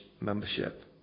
membership